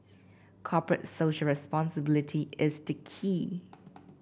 corporate Social Responsibility is the key